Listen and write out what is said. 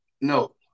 No